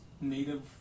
native